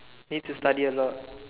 need to study a lot